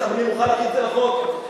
אני מוכן להכניס את זה לחוק.